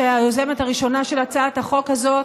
היוזמת הראשונה של הצעת החוק הזאת,